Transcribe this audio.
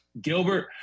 Gilbert